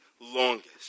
longest